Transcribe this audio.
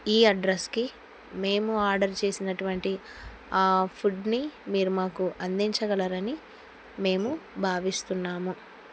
ఈ అడ్రస్కి మేము ఆర్డర్ చేసినటువంటి ఫుడ్ని మీరు మాకు అందించగలరని మేము భావిస్తున్నాము